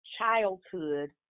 childhood